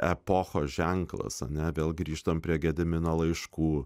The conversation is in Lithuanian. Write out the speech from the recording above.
epochos ženklas ar ne vėl grįžtam prie gedimino laiškų